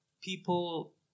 people